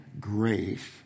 grace